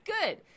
good